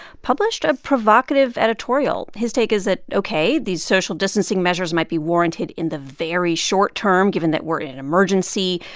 published a provocative editorial. his take is that, ok, these social distancing measures might be warranted in the very short term, given that we're in an emergency.